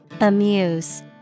amuse